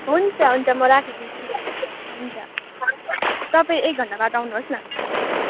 हुन्छ हुन्छ म राखिदिन्छु नि हुन्छ तपाईँ एक घन्टाबाद आउनुहोस् न